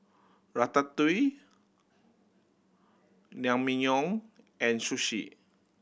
Ratatouille Naengmyeon and Sushi